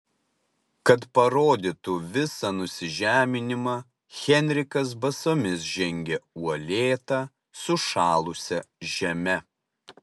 kad parodytų visą nusižeminimą henrikas basomis žengė uolėta sušalusia žeme